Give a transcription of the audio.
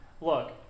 Look